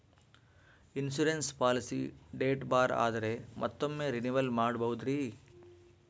Insurance policy date ಬಾರ್ ಆದರೆ ಮತ್ತೊಮ್ಮೆ ರಿನಿವಲ್ ಮಾಡಬಹುದ್ರಿ?